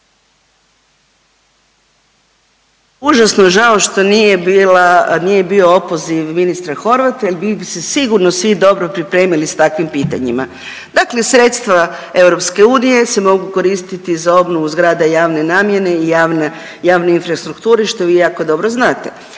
užasno žao što nije bila, nije bio opoziv ministra Horvata jer bi se sigurno svi dobro pripremili s takvim pitanjima. Dakle sredstva EU se mogu koristiti za obnovu zgrada javne namjene i javne infrastrukture, što vi jako dobro znate